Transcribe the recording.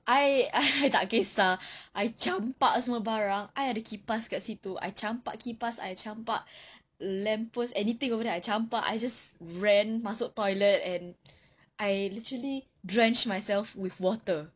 I I tak kisah I campak semua barang I ada kipas dekat situ I campak kipas I campak lamp post anything over there I campak I just ran masuk toilet and I literally drenched myself with water